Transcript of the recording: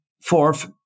fourth